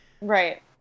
Right